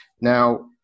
Now